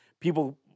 people